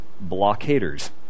Blockaders